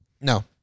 No